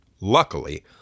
Luckily